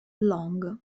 long